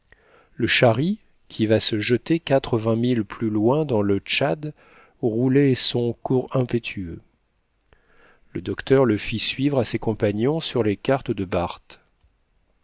le shari qui va se jeter quatre-vingts milles plus loin dans le tchad roulait son cours impétueux le docteur le fit suivre à ses compagnons sur les cartes de barth